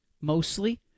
mostly